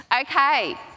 Okay